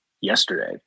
yesterday